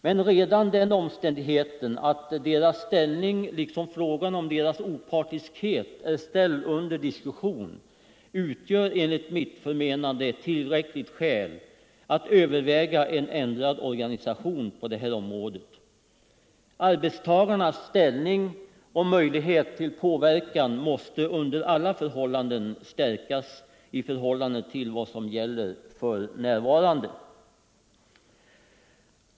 Men redan den omständigheten att deras ställning, liksom frågan om deras opartiskhet, är ställd under diskussion utgör enligt mitt förmenande ett tillräckligt skäl att överväga en ändrad organisation på detta område. Arbetstagarnas ställning och möjlighet till påverkan måste stärkas i förhållande till vad som gäller för närvarande.